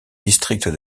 district